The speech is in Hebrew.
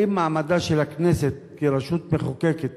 האם מעמדה של הכנסת כרשות מחוקקת